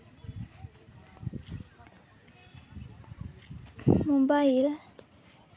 mobile